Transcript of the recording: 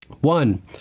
One